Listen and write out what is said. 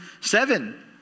seven